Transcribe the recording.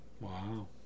Wow